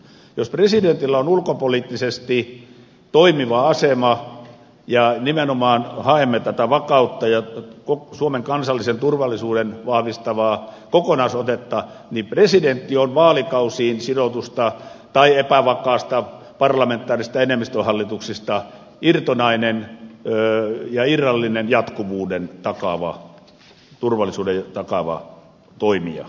jos presidentillä on ulkopoliittisesti toimiva asema ja nimenomaan haemme tätä vakautta ja suomen kansallista turvallisuutta vahvistavaa kokonaisotetta niin presidentti on vaalikausiin sidotuista tai epävakaista parlamentaarisista enemmistöhallituksista irtonainen ja irrallinen jatkuvuuden takaava turvallisuuden takaava toimija